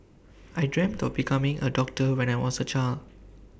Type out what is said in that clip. I dreamt of becoming A doctor when I was A child